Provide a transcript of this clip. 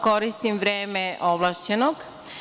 Koristim vreme ovlašćenog.